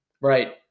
Right